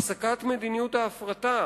הפסקת מדיניות ההפרטה